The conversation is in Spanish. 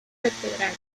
vertebral